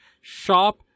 shop